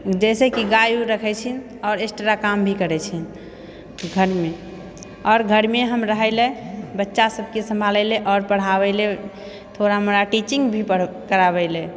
जैसे कि गाय रखै छी आओर एक्सट्रा काम भी करै छी घरमे आओर घरमे हम रहै लए बच्चा सबके सम्भालै लए आओर पढाबै लए थोड़ा मोड़ा टीचिंग भी कराबै लए